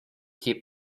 keep